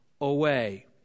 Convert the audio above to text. away